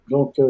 Donc